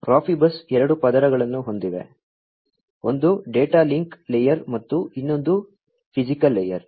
Profibus ಎರಡು ಪದರಗಳನ್ನು ಹೊಂದಿದೆ ಒಂದು ಡೇಟಾ ಲಿಂಕ್ ಲೇಯರ್ ಮತ್ತು ಇನ್ನೊಂದು ಫಿಸಿಕಲ್ ಲೇಯರ್